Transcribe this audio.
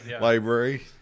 library